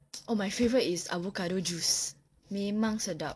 oh my favourite is avocado juice memang sedap